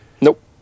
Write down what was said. nope